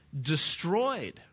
destroyed